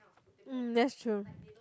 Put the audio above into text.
mm that's true